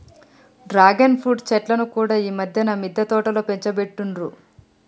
dragon fruit చెట్లను కూడా ఈ మధ్యన మిద్దె తోటలో పెంచబట్టిండ్రు